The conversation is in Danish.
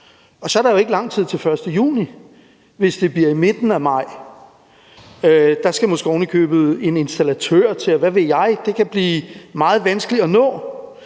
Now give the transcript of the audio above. og så er der jo ikke lang tid til den 1. juni, hvis det bliver i midten af maj. Der skal måske ovenikøbet en installatør til, og hvad ved jeg, og det kan blive meget vanskeligt at nå.